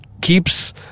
keeps